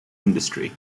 industry